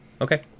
okay